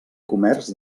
comerç